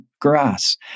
grass